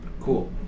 Cool